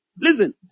listen